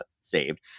saved